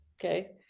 okay